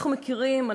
אנחנו מכירים,